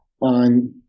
on